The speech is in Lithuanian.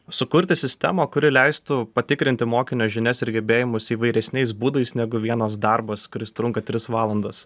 sukurti sistemą kuri leistų patikrinti mokinio žinias ir gebėjimus įvairesniais būdais negu vienas darbas kuris trunka tris valandas